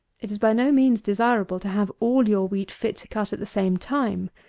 it is by no means desirable to have all your wheat fit to cut at the same time.